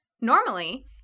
Normally